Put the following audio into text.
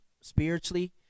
spiritually